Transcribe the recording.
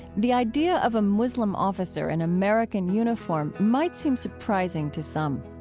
the idea of a muslim officer in american uniform might seem surprising to some.